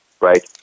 right